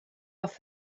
off